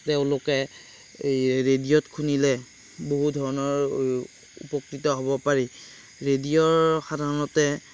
তেওঁলোকে এই ৰেডিঅ'ত শুনিলে বহু ধৰণৰ উপকৃত হ'ব পাৰি ৰেডিঅ'ৰ সাধাৰণতে